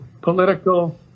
political